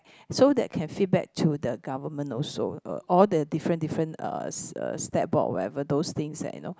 so that can feedback to the government also uh all the different different uh uh stat board whatever those things that you know